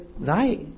thy